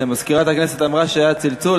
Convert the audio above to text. הנה, מזכירת הכנסת אמרה שהיה צלצול.